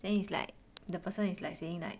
then he's like the person is like saying like